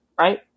right